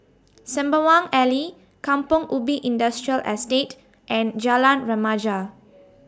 Sembawang Alley Kampong Ubi Industrial Estate and Jalan Remaja